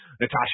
Natasha